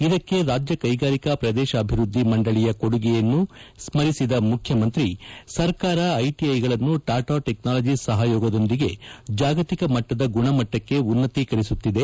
ಇದಕ್ಕೆ ರಾಜ್ಯ ಕೈಗಾರಿಕಾ ಪ್ರದೇಶಾಭಿವೃದ್ದಿ ಮಂಡಳಿಯ ಕೊಡುಗೆಯನ್ನು ಸ್ಮರಿಸಿದ ಮುಖ್ಯಮಂತ್ರಿ ಸರ್ಕಾರ ಐಟಿಐಗಳನ್ನು ಟಾಟಾ ಟೆಕ್ನಾಲಜೀಸ್ ಸಹಯೋಗದೊಂದಿಗೆ ಜಾಗತಿಕ ಮಟ್ಟದ ಗುಣಮಟ್ಟಕ್ಕೆ ಉನ್ನತೀಕರಿಸುತ್ತಿದೆ